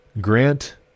Grant